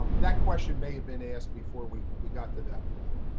um that question may have been asked before we we got to that point.